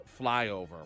flyover